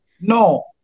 No